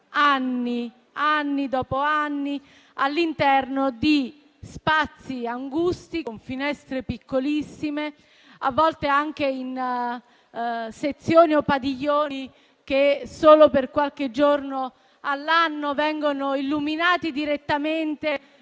anni dopo anni all'interno di spazi angusti, con finestre piccolissime, a volte anche in sezioni o padiglioni che solo per qualche giorno all'anno vengono illuminati direttamente